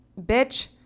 bitch